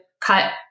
cut